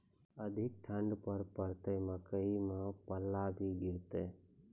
अधिक ठंड पर पड़तैत मकई मां पल्ला भी गिरते?